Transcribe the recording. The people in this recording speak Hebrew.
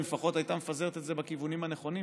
אם לפחות הייתה מפזרת את זה בכיוונים הנכונים,